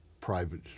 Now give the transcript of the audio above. private